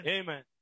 Amen